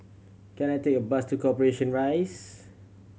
can I take a bus to Corporation Rise